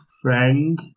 Friend